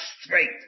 straight